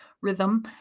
rhythm